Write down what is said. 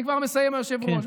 אני כבר מסיים, היושב-ראש.